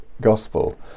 gospel